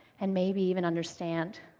and maybe even understand.